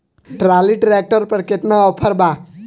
Trolley tractor पर केतना offer बा?